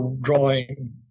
drawing